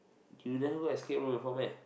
you never go escape room before meh